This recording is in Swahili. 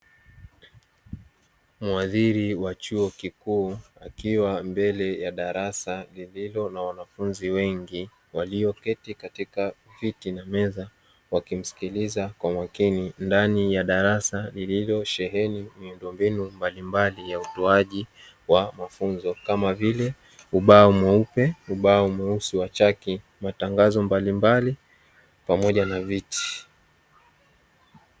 Mhadhiri wa chuo kikuu akiwa mbele ya darasa lililo na wanafunzi wengi walioketi katika viti na meza, wakimsikiliza kwa makini ndani ya darasa lililosheheni miundombinu mbalimbali ya utoaji wa mafunzo kama vile ubao mweupe, ubao mweusi wa chaki, matangazo mbalimbali pamoja na viti